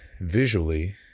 visually